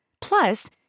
Plus